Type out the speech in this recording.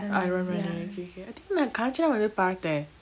aranmanai ookay ookay I think நா:na kanjana வந்து பாத்த:vanthu patha